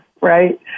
right